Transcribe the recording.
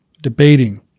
debating